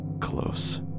close